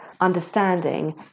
understanding